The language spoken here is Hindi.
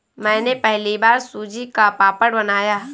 मैंने पहली बार सूजी का पापड़ बनाया